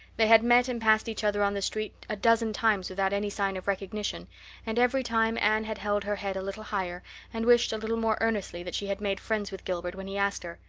they had met and passed each other on the street a dozen times without any sign of recognition and every time anne had held her head a little higher and wished a little more earnestly that she had made friends with gilbert when he asked her,